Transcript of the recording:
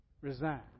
resign